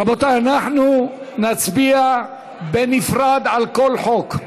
רבותיי, אנחנו נצביע בנפרד על כל חוק.